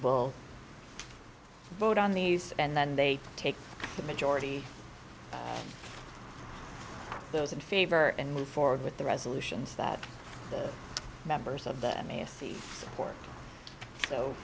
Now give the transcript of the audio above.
will vote on these and then they take the majority of those in favor and move forward with the resolutions that the members of th